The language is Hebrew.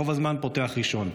רוב הזמן פותח ראשון.